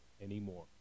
anymore